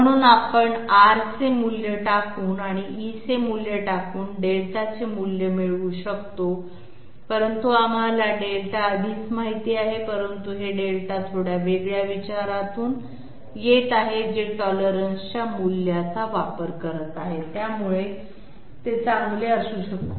म्हणून आपण R चे मूल्य टाकून आणि e चे मूल्य टाकून δ चे मूल्य मिळवू शकतो परंतु आम्हाला δ आधीच माहित आहे परंतु हे δ थोड्या वेगळ्या विचारातून येत आहे जे टॉलरन्सच्या मूल्याचा वापर करत आहे त्यामुळे ते चांगले असू शकते